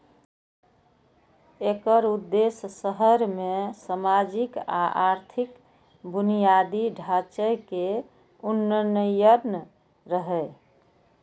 एकर उद्देश्य शहर मे सामाजिक आ आर्थिक बुनियादी ढांचे के उन्नयन रहै